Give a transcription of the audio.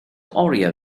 oriau